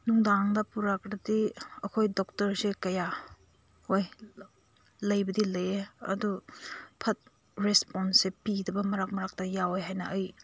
ꯅꯨꯡꯗꯥꯡꯗ ꯄꯨꯔꯛꯂꯗꯤ ꯑꯩꯈꯣꯏ ꯗꯣꯛꯇꯔꯁꯦ ꯀꯌꯥ ꯍꯣꯏ ꯂꯩꯕꯗꯤ ꯂꯩꯌꯦ ꯑꯗꯨ ꯔꯦꯁꯄꯣꯟꯁꯦ ꯄꯤꯗꯕ ꯃꯔꯛ ꯃꯔꯛꯇ ꯌꯥꯎꯋꯦ ꯍꯥꯏꯅ ꯑꯩ